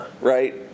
right